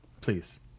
please